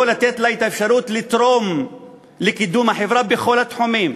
לא לתת לה את האפשרות לתרום לקידום החברה בכל התחומים,